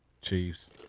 Chiefs